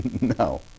No